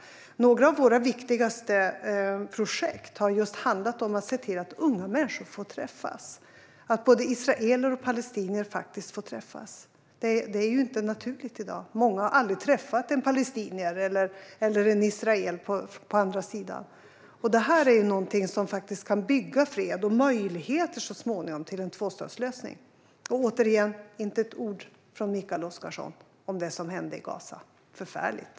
Några av våra viktigaste projekt har handlat just om att se till att unga människor, både israeler och palestinier, får träffas. Det är inte naturligt i dag; många har aldrig träffat en palestinier eller en israel på andra sidan. Detta är någonting som kan bygga fred och så småningom möjligheter till en tvåstatslösning. Återigen: Inte ett ord från Mikael Oscarsson om det som hände i Gaza. Det är förfärligt.